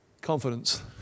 confidence